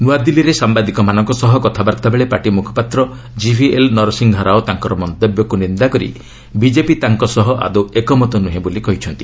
ନୂଆଦିଲ୍ଲୀରେ ସାମ୍ବାଦିକମାନଙ୍କ ସହ କଥାବାର୍ତ୍ତାବେଳେ ପାର୍ଟି ମୁଖପାତ୍ର କିଭିଏଲ୍ ନରସିଂହା ରାଓ ତାଙ୍କର ମନ୍ତବ୍ୟକୁ ନିନ୍ଦା କରି ବିଜେପି ତାଙ୍କ ସହ ଆଦୌ ଏକମତ ନୁହେଁ ବୋଲି କହିଛନ୍ତି